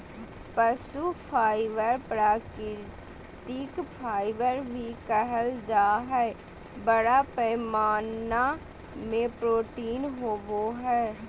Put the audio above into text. पशु फाइबर प्राकृतिक फाइबर भी कहल जा हइ, बड़ा पैमाना में प्रोटीन होवो हइ